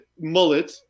mullet